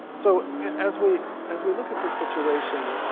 so, as we as we look at the situation,